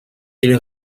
ils